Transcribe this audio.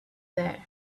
there